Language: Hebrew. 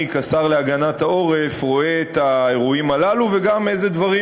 כשר להגנת העורף רואה את האירועים הללו וגם אילו דברים